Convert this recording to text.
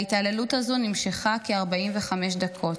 ההתעללות הזאת נמשכה כ-45 דקות,